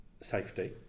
safety